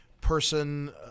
person